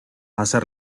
hacer